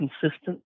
consistent